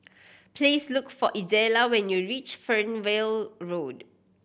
please look for Idella when you reach Fernvale Road